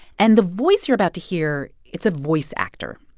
and the voice you're about to hear it's a voice actor,